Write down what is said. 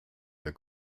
der